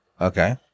Okay